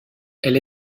elle